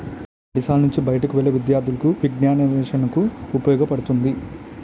బడిశాల నుంచి బయటకు వెళ్లే విద్యార్థులకు విజ్ఞానాన్వేషణకు ఉపయోగపడుతుంది